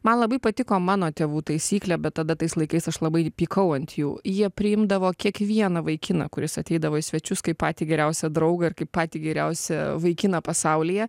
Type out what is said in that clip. man labai patiko mano tėvų taisyklė bet tada tais laikais aš labai pykau ant jų jie priimdavo kiekvieną vaikiną kuris ateidavo į svečius kaip patį geriausią draugą ir kaip patį geriausią vaikiną pasaulyje